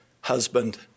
husband